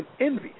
envy